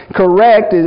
correct